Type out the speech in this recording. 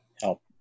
help